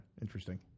Interesting